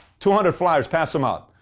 two hundred flyers, pass them out.